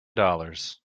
dollars